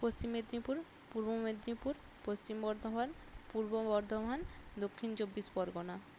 Paschim Medinipur Purba Medinipur Paschim Bardhaman Purba Bardhaman Dakshin Chabbish Pargana